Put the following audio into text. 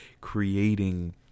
creating